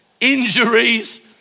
injuries